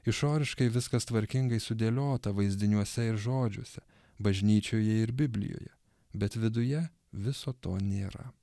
išoriškai viskas tvarkingai sudėliota vaizdiniuose ir žodžiuose bažnyčioje ir biblijoje bet viduje viso to nėra